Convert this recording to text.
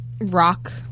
rock